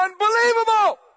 unbelievable